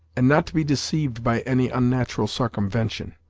and not to be deceived by any unnat'ral sarcumvention.